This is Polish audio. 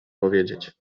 powiedzieć